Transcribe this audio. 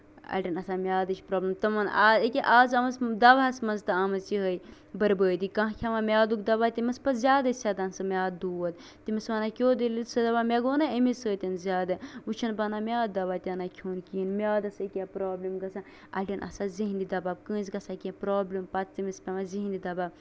اَڈین آسان میادٕچ پرٛابلِم تِمَن یہِ کیٛاہ از آمٕژ دواہَس منٛز تہِ آمٕژ یِہَے بُربٲدی کانٛہہ کھیٚوان میعادُک دواہ تٔمِس پَزِ زیادَے سیٚدان سُہ میعادٕ دود تٔمِس وَنان کِہو دٔلیٖل تٔمِس وَنان مےٚ گوٚو نا امی سۭتۍ زیادٕ وۅنۍ چھُنہٕ بَنان میعادٕ دوا تہِ نہٕ کھیٚون کِہیٖنٛۍ میعادَس یہِ کیٛاہ پرٛابلِم گژھان اَڈین آسان ذہنی دَباو کٲنٛسہِ گژھان کیٚنٛہہ پرٛابلِم پَتہٕ تٔمِس پیٚوان ذہنی دَباو